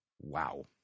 Wow